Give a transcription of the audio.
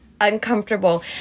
uncomfortable